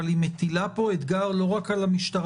אבל היא מטילה פה אתגר לא רק על המשטרה